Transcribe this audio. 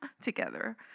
together